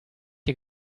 ihr